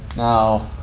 now,